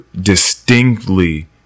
distinctly